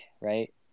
right